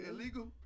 Illegal